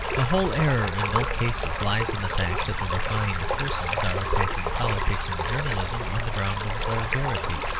the whole error in both cases lies in the fact that the refined persons are attacking politics and journalism on the ground of vulgarity.